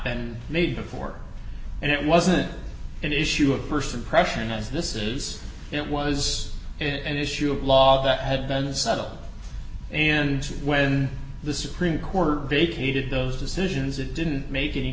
been made before and it wasn't an issue of st impression as this is it was it an issue of law that had been settled and when the supreme court vacated those decisions it didn't make any